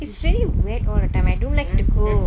it's very wet all the time I don't like to go